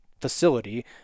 facility